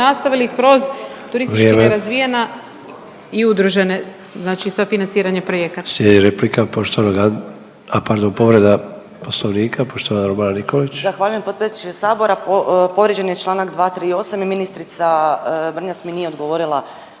Vrijeme./… turistički nerazvijena i udružene znači sa financiranje projekata.